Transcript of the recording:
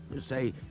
Say